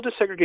desegregation